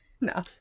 no